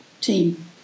team